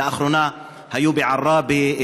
לאחרונה היו בעראבה,